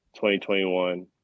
2021